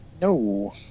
No